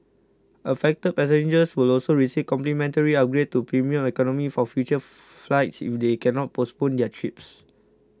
affected passengers will also receive complimentary upgrades to premium economy for future flights if they cannot postpone their trips